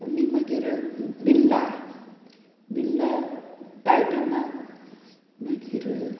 आनी मागीर बिरला बिरला टायटना मागीर